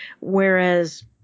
Whereas